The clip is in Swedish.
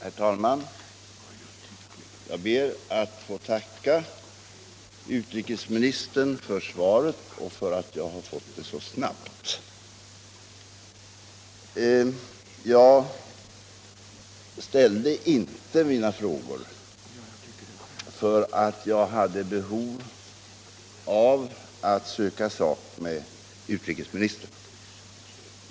Herr talman! Jag ber att få tacka utrikesministern för svaret och för att jag har fått det så snabbt. Jag ställde inte mina frågor av något behov att söka sak med utrikesministern.